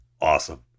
awesome